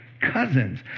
cousins